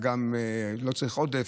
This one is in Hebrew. לא צריך עודף,